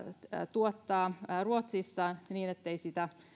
tuottaa ruotsissa niin ettei sitä